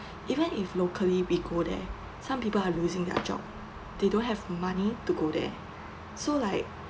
even if locally we go there some people are losing their job they don't have money to go there so like